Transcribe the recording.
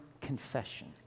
confession